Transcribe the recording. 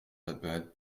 abad